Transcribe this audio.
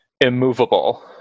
immovable